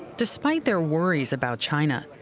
despite their worries about china,